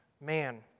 man